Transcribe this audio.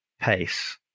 pace